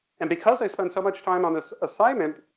and because i spent so much time on this assignment,